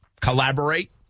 collaborate